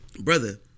brother